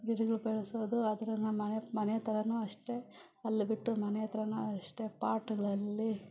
ಗಿಡಗಳು ಬೆಳೆಸೋದು ಆದರೆ ನಮ್ಮ ಮಳೆ ಮನೆ ಹತ್ರನೂ ಅಷ್ಟೇ ಅಲ್ಲೇ ಬಿಟ್ಟು ಮನೆ ಹತ್ರನೂ ಅಷ್ಟೇ ಪಾಟುಗಳಲ್ಲಿ